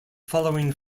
following